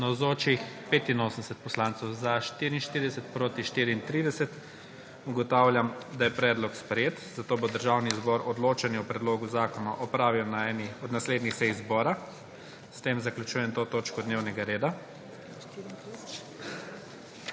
34. (Za je glasovalo 44.) (Proti 34.) Ugotavljam, da je predlog sprejet. Zato bo Državni zbor odločanje o predlogu zakona opravil na eni od naslednjih sej zbora. S tem zaključujem to točko dnevnega reda.